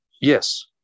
yes